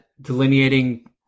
delineating